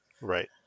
Right